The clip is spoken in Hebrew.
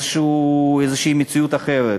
מציאות אחרת,